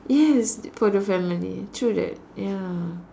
yes for the family true that ya